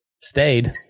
stayed